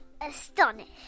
Astonished